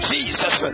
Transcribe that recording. Jesus